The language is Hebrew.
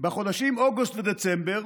בחודשים אוגוסט עד דצמבר